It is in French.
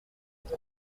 êtes